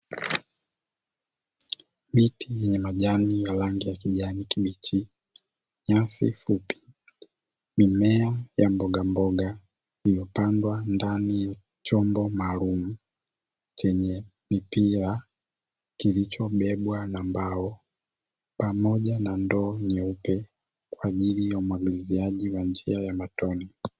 Miti yenye majani ya rangi ya kijani kibichi, nyasi fupi, mimea ya mbogamboga; iliyopandwa ndani ya chombo maalumu chenye mipira kilichobebwa na mbao pamoja na ndoo nyeupe kwa ajili ya umwagiliaji kwa njia ya matone.